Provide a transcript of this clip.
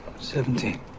Seventeen